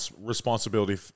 responsibility